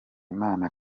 imana